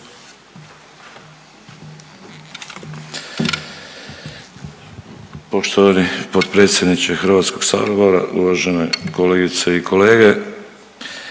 Poštovani potpredsjedniče Hrvatskog sabora, uvažene kolegice i kolege,